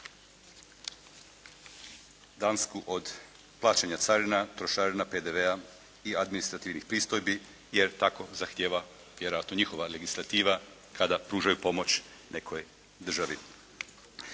od plaćanja carina, trošarina, PDV-a i administrativnih pristojbi jer tako zahtijeva vjerojatno njihova legislativa kada pružaju pomoć nekoj državi.